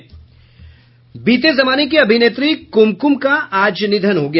बीते जमाने की अभिनेत्री कुमकुम का आज निधन हो गया